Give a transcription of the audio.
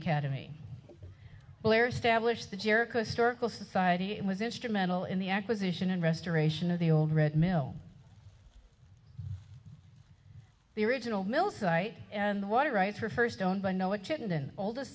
academy blair stablished the jericho historical society it was instrumental in the acquisition and restoration of the old red mill the original mill site and the water rights were first known by know it chittenden oldest